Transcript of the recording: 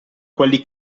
quelli